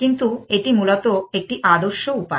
কিন্তু এটি মূলত একটি আদর্শ উপায়